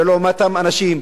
ולא אותם אנשים,